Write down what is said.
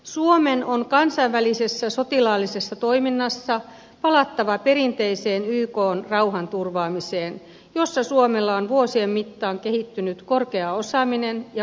suomen on kansainvälisessä sotilaallisessa toiminnassa palattava perinteiseen ykn rauhanturvaamiseen jossa suomella on vuosien mittaan kehittynyt korkea osaaminen ja kunniakas historia